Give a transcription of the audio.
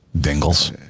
Dingles